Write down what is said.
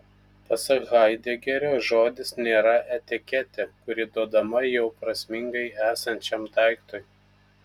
pasak haidegerio žodis nėra etiketė kuri duodama jau prasmingai esančiam daiktui